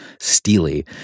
steely